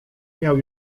miał